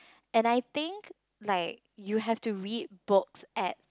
and I think like you have to read books at